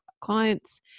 clients